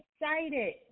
excited